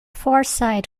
foresight